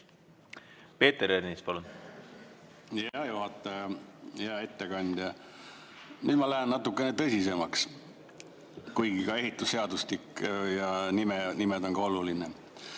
Peeter Ernits, palun! Hea juhataja! Hea ettekandja! Nüüd ma lähen natuke tõsisemaks, kuigi ka ehitusseadustik ja nimed on olulised.